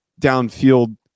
downfield